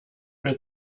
mehr